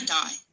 die